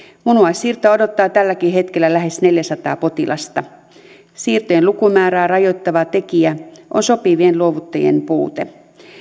munuaissiirtoa odottaa tälläkin hetkellä lähes neljäsataa potilasta siirtojen lukumäärää rajoittava tekijä on sopivien luovuttajien puute